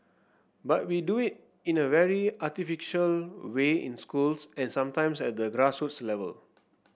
but we do it in a very artificial way in schools and sometimes at the grassroots level